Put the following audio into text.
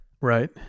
Right